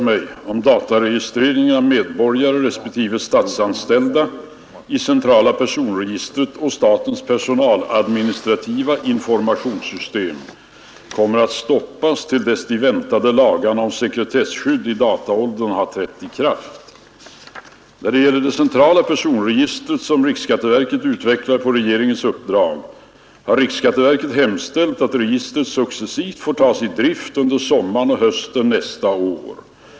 medborgare respektive statsanställda i centrala personregistret och statens personaladministrativa intormationssystem kommer att stoppas, till dess de väntade lagarna om sekretesskydd i dataäldern har trätt i kraft. När det gäller det centrala personregistret, som riksskatteverket utvecklar på regeringens uppdrag, har riksskatteverket hemställt att registret successivt får tas 1 drift under sommaren och hösten nästa år.